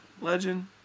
Legend